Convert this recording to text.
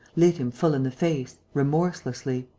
lit him full in the face, remorselessly.